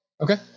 Okay